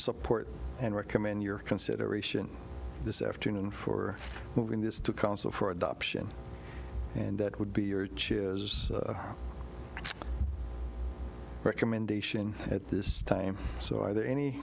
support and recommend your consideration this afternoon for moving this to council for adoption and that would be your chip is a recommendation at this time so are there any